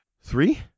three